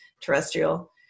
terrestrial